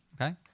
Okay